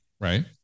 Right